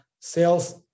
sales